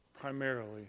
primarily